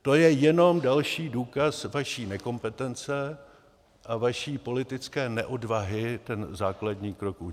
To je jenom další důkaz vaší nekompetence a vaší politické neodvahy ten základní krok udělat.